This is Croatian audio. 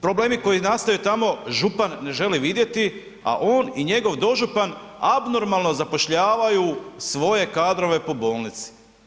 Problemi koji nastaju tamo župan ne želi vidjeti, a on i njegov dožupan abnormalno zapošljavaju svoje kadrove po bolnici.